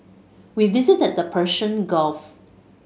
we visited the Persian Gulf